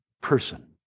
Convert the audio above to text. person